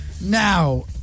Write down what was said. Now